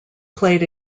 played